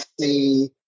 see